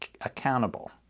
accountable